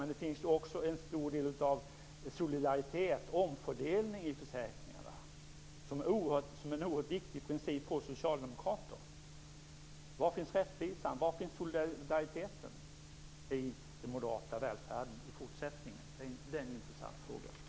Men det finns ju också en stor del av solidaritet och omfördelning i försäkringarna, och det är en oerhört viktig princip för oss socialdemokrater. Var finns rättvisan? Var finns solidariteten i det moderata välfärdssystemet i fortsättningen? Det är en intressant fråga.